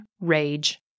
rage